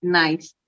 nice